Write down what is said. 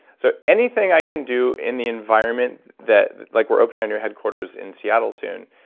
so anything i can do in the environment that, like we're opening a new headquarters in seattle soon.